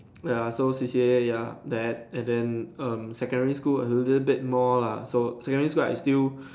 ya so C_C_A ya that and then um secondary school is a little bit more lah so secondary school I still